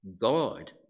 God